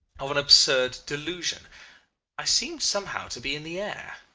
of an absurd delusion i seemed somehow to be in the air.